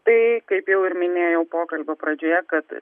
tai kaip jau ir minėjau pokalbio pradžioje kad